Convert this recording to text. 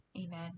Amen